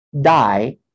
die